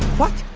what